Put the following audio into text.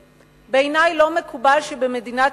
בעיני לא מקובל שבמדינת היהודים